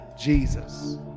Jesus